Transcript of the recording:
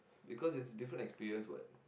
because it's different experience what